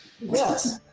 Yes